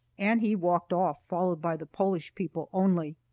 and he walked off, followed by the polish people only.